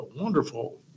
wonderful